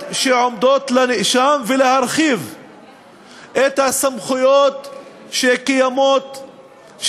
שעומדות לנאשם ולהרחיב את הסמכויות שקיימות,